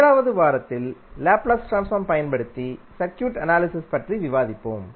7வதுவாரத்தில் Laplace transform பயன்படுத்தி circuit analysis பற்றி விவாதிப்போம்